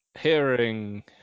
Hearing